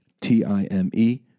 T-I-M-E